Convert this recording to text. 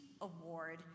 Award